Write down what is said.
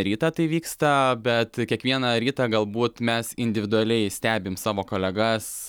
rytą tai vyksta bet kiekvieną rytą galbūt mes individualiai stebim savo kolegas